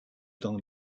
dans